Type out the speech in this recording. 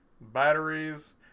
batteries